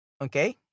Okay